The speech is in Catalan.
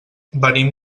venim